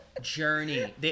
journey